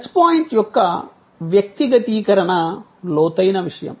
touch point యొక్క వ్యక్తిగతీకరణ లోతైన విషయం